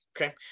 Okay